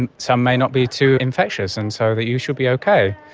and some may not be too infectious and so but you should be okay.